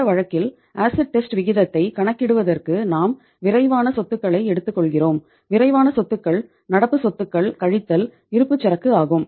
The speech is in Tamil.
இந்த வழக்கில் ஆசிட் டெஸ்ட் விகிதத்தை கணக்கிடுவதற்கு நாம் விரைவான சொத்துக்களை எடுத்துக்கொள்கிறோம் விரைவான சொத்துக்கள் நடப்பு சொத்துக்கள் கழித்தல் இருப்புச்சரக்கு ஆகும்